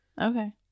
Okay